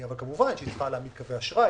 אבל כמובן שהיא צריכה להעמיד קווי אשראי,